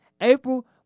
April